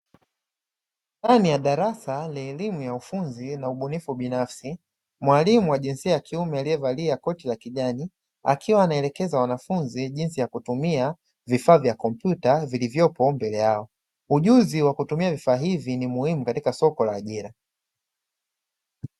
Ndani ya darasa la elimu ya ufunzi na ubunifu binafsi, mwalimu wa jinsia ya kiume aliyevalia koti la kijani akiwa anaelekeza wanafunzi jinsi ya kutumia vifaa vya kompyuta vilivyopo mbele yao. Ujuzi wa kutumia vifaa hivi ni muhimu katika soko la ajira.